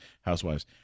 Housewives